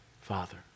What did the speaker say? Father